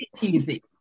Easy